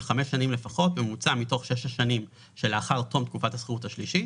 חמש שנים לפחות בממוצע מתוך שש השנים שלאחר תום תקופת השכירות השלישית.